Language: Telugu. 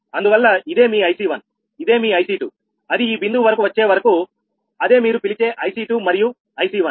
అందువల్ల ఇదేమీ IC1 ఇదేమీ IC2 అది ఈ బిందువు వరకు వచ్చే వరకు అదే మీరు పిలిచే IC2 మరియు IC1